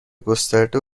گسترده